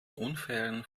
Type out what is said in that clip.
unfairen